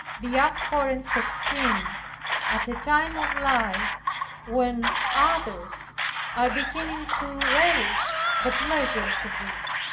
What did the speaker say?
the abhorrence of sin at a time of life when others are beginning to relish the pleasures of it,